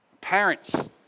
Parents